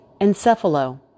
Encephalo